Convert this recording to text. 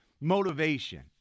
motivation